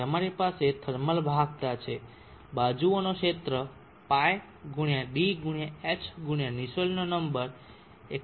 તમારી પાસે થર્મલ વાહકતા છે બાજુઓનો ક્ષેત્ર π × d × h × નુસેલ્ટનો નંબર 127